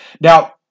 Now